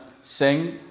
sing